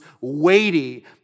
weighty